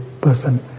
person